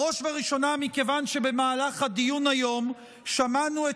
בראש וראשונה מכיוון שבמהלך הדיון היום שמענו את